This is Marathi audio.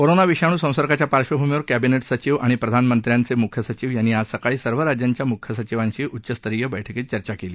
कोरोना विषाणू संसर्गाच्या पार्श्वभूमीवर कॅबिनेट सचिव आणि प्रधानमंत्र्यांचे मुख्य सचिव यांनी आज सकाळी सर्व राज्यांच्या मुख्य सचिवांशी उच्चस्तरीय बैठकीत चर्चा केली